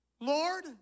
Lord